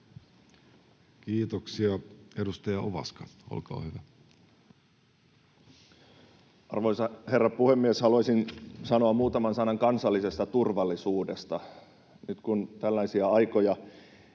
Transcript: Kiitoksia. — Edustaja Ovaska, olkaa hyvä. Arvoisa herra puhemies! Haluaisin sanoa muutaman sanan kansallisesta turvallisuudesta. Nyt kun tällaisia aikoja